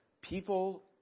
people